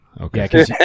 Okay